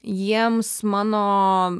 jiems mano